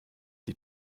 die